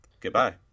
Goodbye